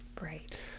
Right